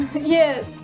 Yes